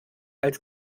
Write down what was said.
als